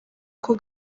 uko